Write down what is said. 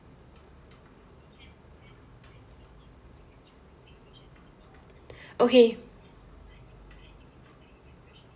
okay